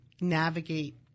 navigate